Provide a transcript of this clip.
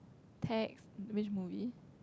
text which movie